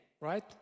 right